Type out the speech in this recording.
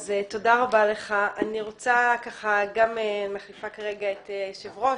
אני רוצה ככה גם מחליפה כרגע את היושב-ראש